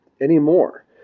anymore